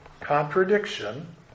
contradiction